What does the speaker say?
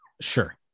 sure